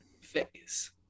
phase